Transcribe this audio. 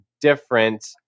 different